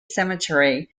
symmetry